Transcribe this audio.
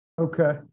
Okay